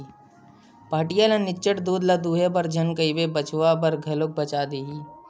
पहाटिया ल निच्चट दूद ल दूहे बर झन कहिबे बछवा बर घलो बचा देही